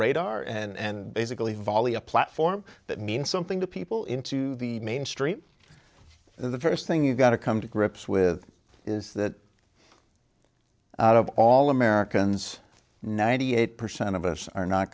radar and basically volley a platform that mean something to people into the mainstream in the first thing you've got to come to grips with is that out of all americans ninety eight percent of us are not